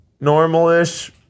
normal-ish